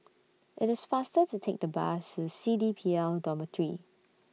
IT IS faster to Take The Bus to C D P L Dormitory